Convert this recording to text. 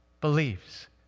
believes